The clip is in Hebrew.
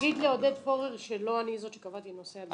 אתה יכול בבקשה להגיד לעודד פורר שלא אני זו שקבעתי את נושא הדיון?